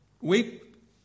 Weep